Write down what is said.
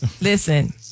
Listen